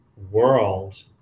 World